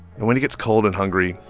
and when he gets cold and hungry,